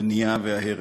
הבנייה וההרס.